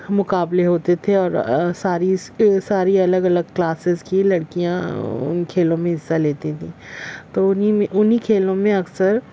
مقابلے ہوتے تھے اور ساری ساری الگ الگ كلاسز كی لڑکیاں کھیلوں میں حصہ لیتی تھیں تو انھیں میں انھیں کھیلوں میں اکثر